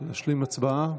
להצביע, להשלים הצבעה?